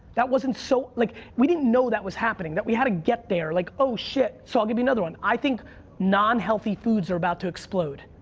that wasn't so, like we didn't know that was happening. we had to get there. like, oh shit. so, i'll give you another one. i think non-healthy foods are about to explode.